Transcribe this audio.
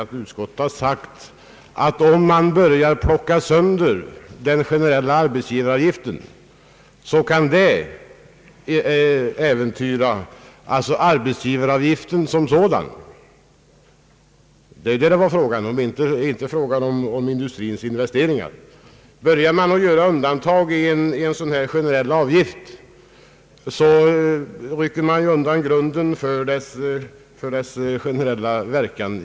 Vad utskottet har sagt är nämligen att om man börjar plocka sönder vad som nu gäller för arbetsgivaravgiften kunde det äventyra hela syftet med arbetsgivaravgiften som sådan. Det är det som det är fråga om och inte industrins investeringar. Börjar man göra undantag i bestämmelserna för en sådan här generell avgift, rycker man undan grunden för dess generella verkan.